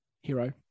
hero